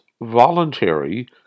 voluntary